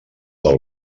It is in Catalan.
del